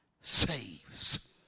saves